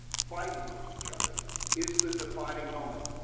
fighting with each other is the defining moment.